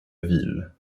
ville